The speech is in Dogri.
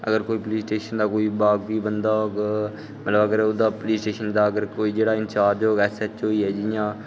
अगर कोई पुलिस स्टेशन दा बाकफ बंदा होग मतलब अगर पुलिस स्टेशन दा अगर कोई इंचार्ज होग ऐस्स ऐच्च ओ होइया जि'यां